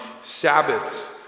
Sabbaths